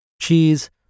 Cheese